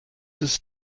this